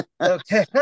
Okay